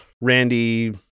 Randy